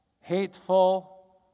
hateful